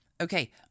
Okay